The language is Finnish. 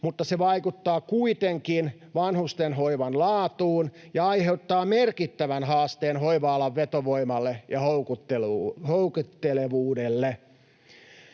mutta se vaikuttaa kuitenkin vanhusten hoivan laatuun ja aiheuttaa merkittävän haasteen hoiva-alan vetovoimalle ja houkuttelevuudelle.